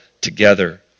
together